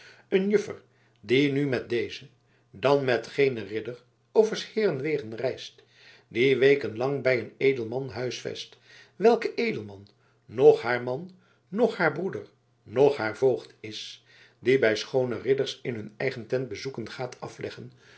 een juffer die nu met dezen dan met genen ridder over s heeren wegen reist die weken lang bij een edelman huisvest welke edelman noch haar man noch haar broeder noch haar voogd is die bij schoone ridders in hun eigen tent bezoeken gaat afleggen